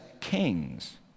kings